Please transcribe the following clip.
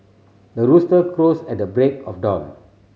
the rooster crows at the break of dawn